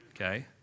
Okay